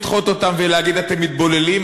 לדחות אותם ולהגיד: אתם מתבוללים,